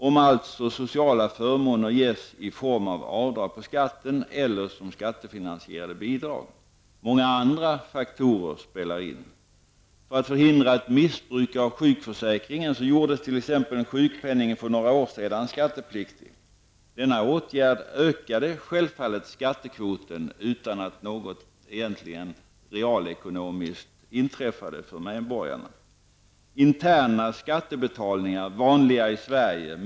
Det har alltså betydelse om sociala förmåner ges i form av avdrag på skatten eller som skattefinansierade bidrag. Många andra faktorer spelar in. För att man skulle förhindra ett missbruk av sjukförsäkringen gjordes t.ex. sjukpenningen för några år sedan skattepliktig. Denna åtgärd ökade självfallet skattekvoten, utan att något egentligen realekonomiskt inträffade för medborgarna.